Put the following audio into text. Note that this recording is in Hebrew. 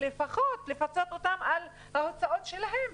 ולפחות לפצות אותם על ההוצאות שלהם.